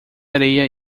areia